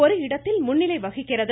ஒரு இடத்தில் முன்னிலை வகிக்கிறது